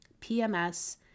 PMS